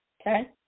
okay